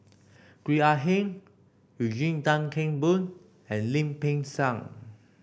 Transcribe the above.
Gwee Ah Hing Eugene Tan Kheng Boon and Lim Peng Siang